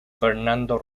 fernando